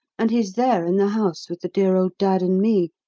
and he's there, in the house with the dear old dad and me,